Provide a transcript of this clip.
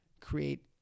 create